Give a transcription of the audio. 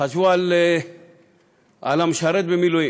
חשבו על המשרת במילואים,